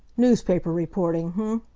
newspaper reporting, h'm?